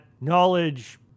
knowledge